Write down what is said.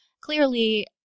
clearly